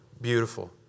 beautiful